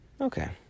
Okay